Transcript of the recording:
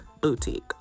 boutique